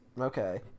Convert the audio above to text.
Okay